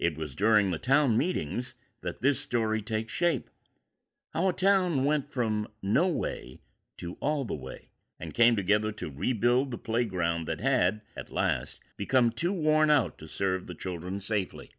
it was during the town meeting use that this story take shape our town went from no way to all the way and came together to rebuild the playground that had at last become too worn out to serve the children safely